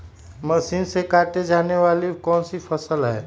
Machine से काटे जाने वाली कौन सी फसल है?